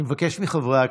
אני מבקש מחברי הכנסת: